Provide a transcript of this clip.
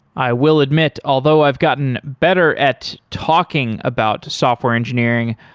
i will admit, although i've gotten better at talking about software engineering,